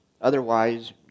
Otherwise